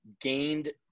gained